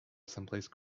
someplace